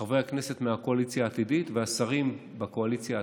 חברי הכנסת מהקואליציה העתידית והשרים בקואליציה העתידית.